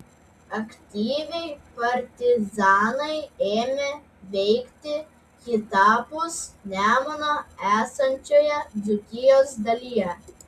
aktyviai partizanai ėmė veikti kitapus nemuno esančioje dzūkijos dalyje